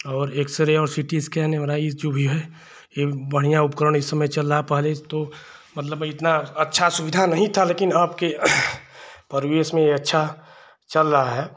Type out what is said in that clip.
और एक्सरे और C T scan M R I जो भी है एक बढ़ियाँ उपकरण इस समय चल रहा है पहले तो मतलब इतनी अच्छी सुविधा नहीं थी लेकिन अबके परिवेश में अच्छा चल रहा है